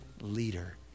leader